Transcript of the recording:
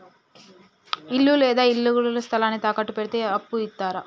ఇల్లు లేదా ఇళ్లడుగు స్థలాన్ని తాకట్టు పెడితే అప్పు ఇత్తరా?